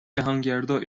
جهانگردا